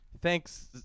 Thanks